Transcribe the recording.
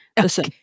Listen